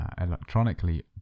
electronically